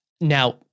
now